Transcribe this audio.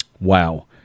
Wow